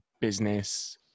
business